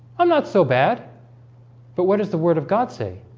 i'm not so bad but what is the word of god say?